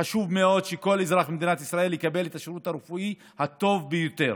חשוב מאוד שכל אזרח במדינת ישראל יקבל את השירות הרפואי הטוב ביותר,